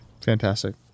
Fantastic